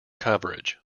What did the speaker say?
coverage